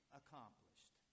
accomplished